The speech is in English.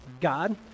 God